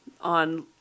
on